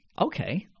okay